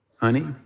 honey